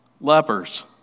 lepers